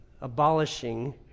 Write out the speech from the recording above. abolishing